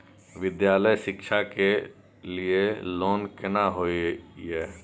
विद्यालय शिक्षा के लिय लोन केना होय ये?